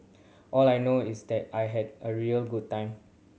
all I know is that I had a real good time